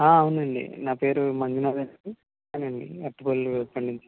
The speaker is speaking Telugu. అవునండి నా పేరు మంజునాథ్ అండి అవునండి అరటిపళ్ళు పండించేది